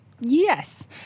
Yes